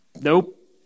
nope